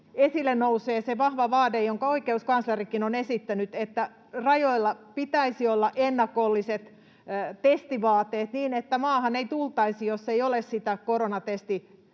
esille nousee se vahva vaade, jonka oikeuskanslerikin on esittänyt, että rajoilla pitäisi olla ennakolliset testivaateet niin, että maahan ei tultaisi, jos ei ole sitä koronatestitulosta,